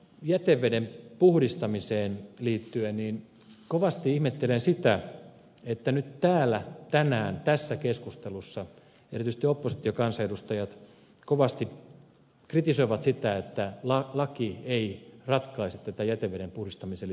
jäteveden puhdistamiseen liittyen kovasti ihmettelen sitä että nyt täällä tänään tässä keskustelussa erityisesti opposition kansanedustajat kovasti kritisoivat sitä että laki ei ratkaise tätä jäteveden puhdistamiseen liittyvää yksityiskohtaa